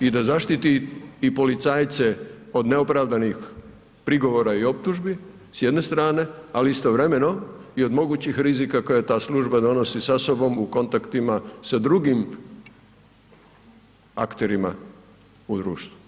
I da zaštiti i policajce od neopravdanih prigovora i optužbi s jedne strane, ali istovremeno od mogućih rizika koje ta služba donosi sa sobom u kontaktima sa drugim akterima u društvu.